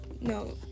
no